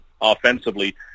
offensively